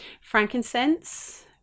frankincense